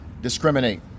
discriminate